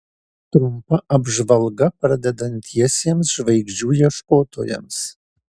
trumpa apžvalga pradedantiesiems žvaigždžių ieškotojams